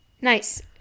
Nice